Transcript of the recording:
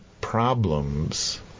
problems